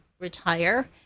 retire